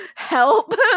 Help